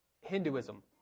Hinduism